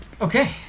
Okay